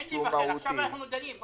אין שייבחן, עכשיו אנחנו דנים.